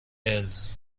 الروز